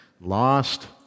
lost